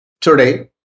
Today